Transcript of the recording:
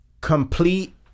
complete